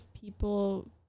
people